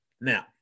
Now